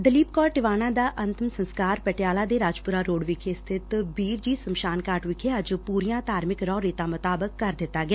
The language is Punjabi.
ਦਲੀਪ ਕੌਰ ਟਿਵਾਣਾ ਦਾ ਅੰਤਿਮ ਸਸਕਾਰ ਪਟਿਆਲਾ ਦੇ ਰਾਜਪੁਰਾ ਰੋਡ ਵਿਖੇ ਸਬਿਤ ਬੀਰ ਜੀ ਸ਼ਮਸ਼ਾਨਘਾਟ ਵਿਖੇ ਅੱਜ ਪੁਰੀਆਂ ਧਾਰਮਿਕ ਰਹੁ ਰੀਤਾਂ ਮੁਤਾਬਕ ਕਰ ਦਿੱਤਾ ਗਿਆ